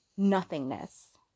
nothingness